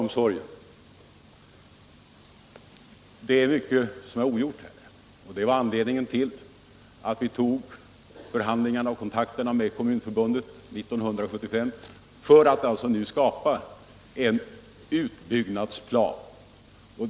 Mycket är ogjort beträffande barnomsorgen. Det var anledningen till att vi startade förhandlingarna med Kommunförbundet 1975 för att skapa en utbyggnadsplan.